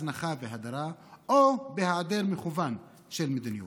הזנחה והדרה או בהיעדר מכוון של מדיניות.